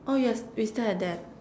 oh yes we still have that